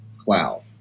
cloud